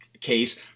case